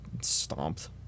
stomped